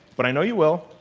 but i know you will,